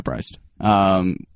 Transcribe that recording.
surprised